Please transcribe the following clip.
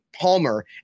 Palmer